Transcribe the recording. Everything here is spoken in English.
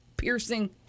piercing